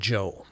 Joe